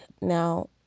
Now